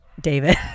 David